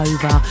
Over